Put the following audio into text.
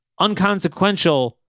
unconsequential